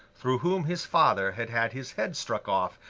through whom his father had had his head struck off,